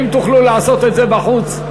אם תוכלו לעשות את זה בחוץ,